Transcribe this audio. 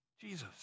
Jesus